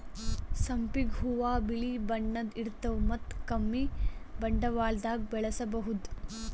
ಸಂಪಿಗ್ ಹೂವಾ ಬಿಳಿ ಬಣ್ಣದ್ ಇರ್ತವ್ ಮತ್ತ್ ಕಮ್ಮಿ ಬಂಡವಾಳ್ದಾಗ್ ಬೆಳಸಬಹುದ್